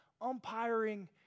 umpiring